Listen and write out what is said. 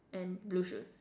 and blue shoes